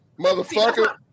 Motherfucker